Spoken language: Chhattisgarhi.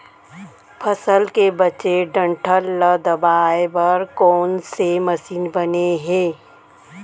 फसल के बचे डंठल ल दबाये बर कोन से मशीन बने हे?